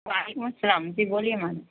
وعلیکم السلام جی بولیے میم